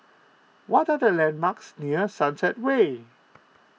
what are the landmarks near Sunset Way